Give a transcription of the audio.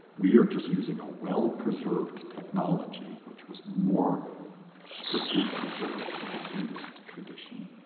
we are just using a well-preserved technology which was more strictly preserved in the buddhist tradition.